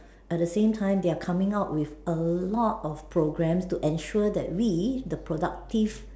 at the same time they are coming out with a lot of program to ensure that we the productive